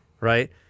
right